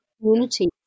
community